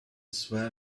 swell